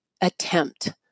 attempt